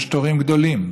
יש תורים גדולים,